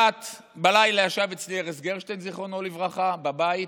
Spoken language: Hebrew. בלילה ישב אצלי ארז גרשטיין, זיכרונו לברכה, בבית.